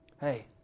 Hey